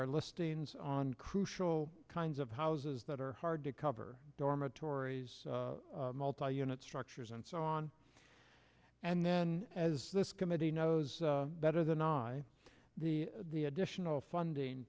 our listings on crucial kinds of houses that are hard to cover dormitories multi unit structures and so on and then as this committee knows better than i the the additional funding